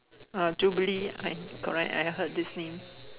uh Jubilee I correct I heard this name